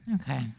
Okay